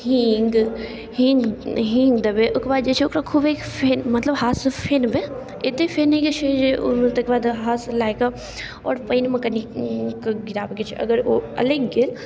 हीङ्ग हीङ्ग हीङ्ग देबै ओकर बाद जे छै ओकरा खूबे फेन मने हाथसँ फेनबै एतेक फेनैके छै जे ओहिमे तकर बाद हाथसँ लऽ कऽ आओर पानिमे कनिक गिराबैके छै अगर ओ अलगि गेल